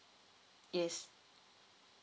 yes